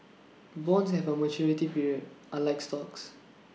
bonds have A maturity period unlike stocks